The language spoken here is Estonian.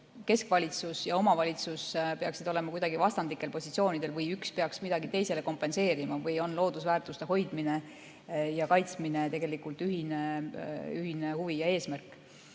keskvalitsus ja omavalitsus peaksid olema kuidagi vastandlikel positsioonidel või üks peaks midagi teisele kompenseerima või on loodusväärtuste hoidmine ja kaitsmine tegelikult ühine huvi ja eesmärk?